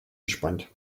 gespannt